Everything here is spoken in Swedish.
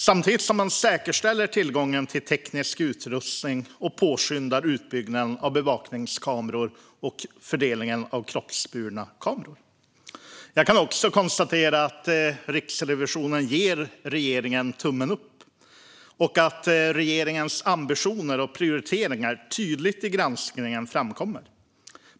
Samtidigt behöver man säkerställa tillgången till teknisk utrustning och påskynda utbyggnaden av bevakningskameror och fördelningen av kroppsburna kameror. Jag kan också konstatera att Riksrevisionen ger regeringen tummen upp och att regeringens ambitioner och prioriteringar framkommer tydligt i granskningen.